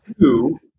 Two –